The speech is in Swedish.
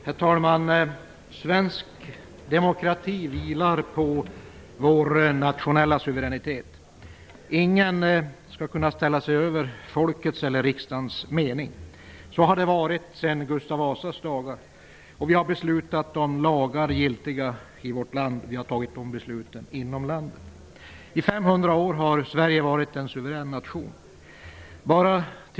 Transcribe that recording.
Herr talman! Svensk demokrati vilar på vår nationella suveränitet. Ingen skall kunna ställa sig över folkets eller riksdagens mening. Så har det varit sedan Gustav Vasas dagar. Vi har beslutat om lagar giltiga i vårt land, och vi har fattat de besluten inom landet. I 500 år har Sverige varit en suverän nation.